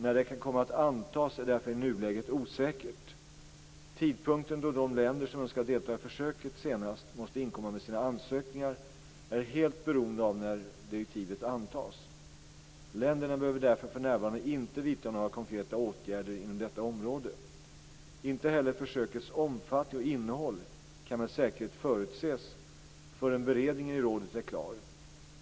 När det kan komma att antas är därför i nuläget osäkert. Tidpunkten då de länder som önskar delta i försöket senast måste inkomma med sina ansökningar är helt beroende av när direktivet antas. Länderna behöver därför för närvarande inte vidta några konkreta åtgärder inom detta område. Inte heller försökets omfattning och innehåll kan med säkerhet förutses förrän beredningen i rådet är klar.